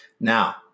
Now